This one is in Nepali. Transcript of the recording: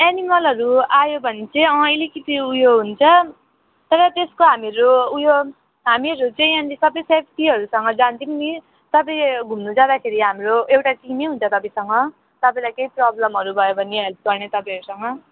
एनिमलहरू आयो भने चाहिँ अँ अलिकति ऊ यो हुन्छ तर त्यस्को हामीहरू ऊ यो हामीहरू चाहिँ यहाँनिर सबै सेफ्टीहरूसँग जान्छौँ नि तपै घुम्नु जाँदाखेरि हाम्रो एउटा टिमै हुन्छ तपाईँसँग तपाईँलाई केही प्रब्लमहरू भयो भने हेल्प गर्ने तपाईँहरूसँग